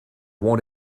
want